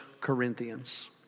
Corinthians